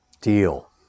Deal